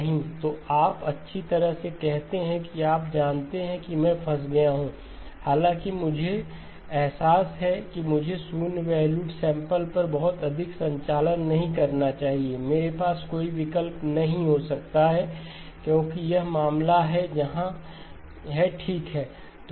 नहीं तो आप अच्छी तरह से कहते हैं कि आप जानते हैं कि मैं फंस गया हूं हालांकि मुझे एहसास है कि मुझे शून्य वैल्यूड सैंपल पर बहुत अधिक संचालन नहीं करना चाहिए मेरे पास कोई विकल्प नहीं हो सकता है क्योंकि यह मामला है जहां है ठीक है